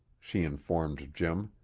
she informed jim.